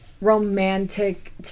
romantic